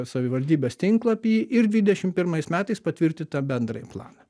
savivaldybės tinklapį ir dvidešimt pirmais metais patvirtintą bendrąjį planą